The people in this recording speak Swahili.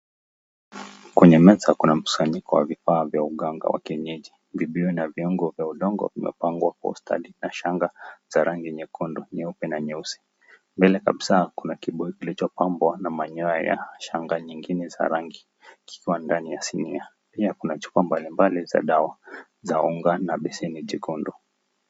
Kwenye meza kuna msanyiko wa vipawa vya uganga wa kienyeji, ina viungo vya udongo umepangwa kwa ustadi na shanga za rangi nyekundu, nyeupe, na nyeusi. Mbele kabisa kuna kibuyu kilichopambwa manyoa ya shanga nyingine za rangi kikiwa ndani ya sinia, pia kuna chupa mbali mbali za dawa za unga na beseni jekundu.